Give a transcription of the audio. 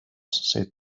said